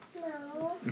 No